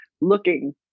looking